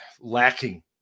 lacking